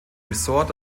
resort